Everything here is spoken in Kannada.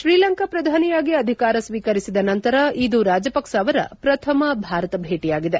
ಶ್ರೀಲಂಕಾ ಪ್ರಧಾನಿಯಾಗಿ ಅಧಿಕಾರ ಸ್ತೀಕರಿಸಿದ ನಂತರ ಇದು ರಾಜಪಕ್ಷ ಅವರ ಪ್ರಥಮ ಭಾರತ ಭೇಟಿಯಾಗಿದೆ